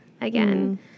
again